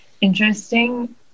interesting